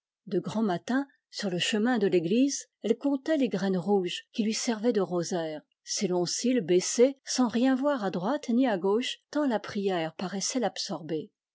de grand matin sur le chemin de l'église elle comptait les graines rouges qui lui servaient de rosaire ses longs cils baissés sans rien voir à droite ni à gauche tant la prière paraissait l'absorber